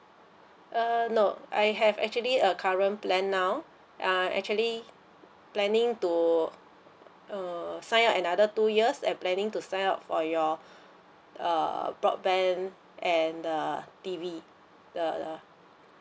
err no I have actually a current plan now uh actually planning to uh sign up another two and planning to sign up for your uh broadband and uh T_V the the